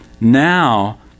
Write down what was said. now